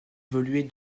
évoluer